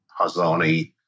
Hazani